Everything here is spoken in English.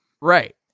Right